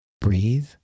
breathe